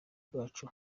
bwacu